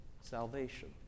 Salvation